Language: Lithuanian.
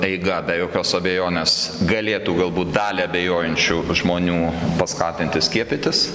eiga be jokios abejonės galėtų galbūt dalį abejojančių žmonių paskatinti skiepytis